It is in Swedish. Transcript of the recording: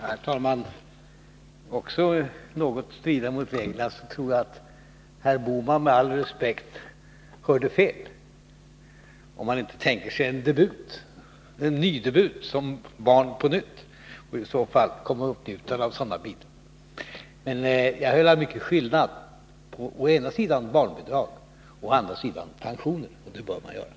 Herr talman! Även om det här också är i viss mån stridande mot reglerna, måste jag med all respekt säga att jag tror att Gösta Bohman hörde fel, såvida han inte tänker sig att göra en debut som barn på nytt och på så sätt komma i åtnjutande av sådana här bidrag. Jag gjorde här en klar skillnad mellan å ena sidan barnbidrag, å andra sidan pensioner. Och det bör man göra.